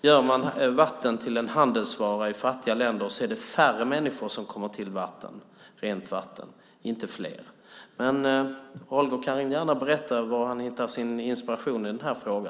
Gör man vatten till en handelsvara i fattiga länder är det färre människor som får tillgång till rent vatten, inte fler. Men Holger Gustafsson kan gärna berätta var han hittar sin inspiration i denna fråga.